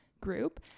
group